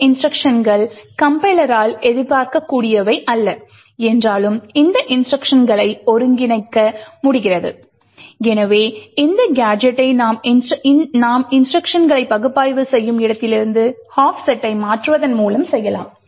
இந்த இன்ஸ்ட்ருக்ஷன்கள் கம்பைலரால் எதிர்பார்க்கக் கூடியவை அல்ல என்றாலும் இந்த இன்ஸ்ட்ருக்ஷன்களை ஒருங்கிணைக்க முடிகிறது எனவே இந்த கேஜெட்டை நாம் இன்ஸ்ட்ருக்ஷன்களை பகுப்பாய்வு செய்யும் இடத்திலிருந்து ஆஃப்செட்டை மாற்றுவதன் மூலம் செய்யலாம்